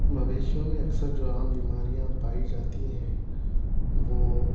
مویشیوں میں اکثرجو عام بیماریاں پائی جاتی ہیں وہ